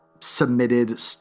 submitted